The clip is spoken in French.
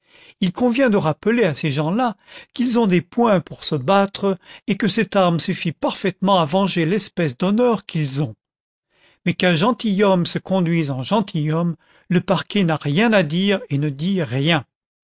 il convient de rappeler à ces gens-là qu'ils ont des poings pour se battre et que cette arme suffit parfaitement à venger l'espèce d'honneur qu'ils ont mais qu'un gentilhomme se conduise en gentilhomme le parquet n'a rien à dire et ne dit rien